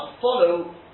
follow